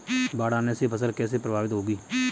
बाढ़ आने से फसल कैसे प्रभावित होगी?